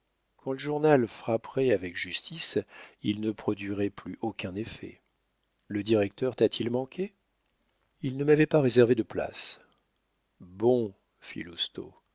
quand le journal frapperait avec justice il ne produirait plus aucun effet le directeur t'a-t-il manqué il ne m'avait pas réservé de place bon fit